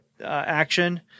action